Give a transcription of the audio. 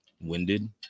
winded